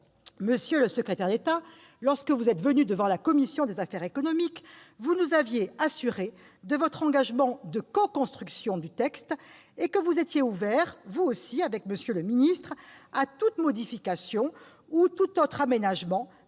Monsieur le secrétaire d'État, lorsque vous êtes venu devant la commission des affaires économiques, vous nous aviez assurés de votre engagement de coconstruction du texte et que vous étiez ouvert, avec M. le ministre, à toute modification ou tout autre aménagement.